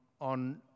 on